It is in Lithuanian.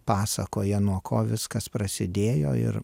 pasakoja nuo ko viskas prasidėjo ir